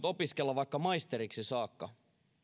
opiskella vaikka maisteriksi saakka